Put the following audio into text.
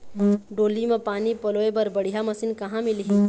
डोली म पानी पलोए बर बढ़िया मशीन कहां मिलही?